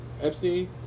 Epstein